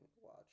watch